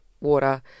water